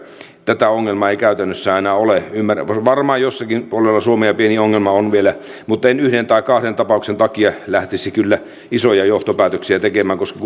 tätä ongelmaa ei käytännössä enää ole varmaan jossakin puolella suomea pieni ongelma on vielä mutta en yhden tai kahden tapauksen takia lähtisi kyllä isoja johtopäätöksiä tekemään koska